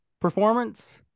performance